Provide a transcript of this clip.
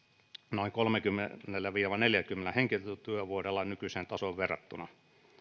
noin kolmellakymmenellä viiva neljälläkymmenellä henkilötyövuodella nykyiseen tasoon verrattuna